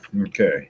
okay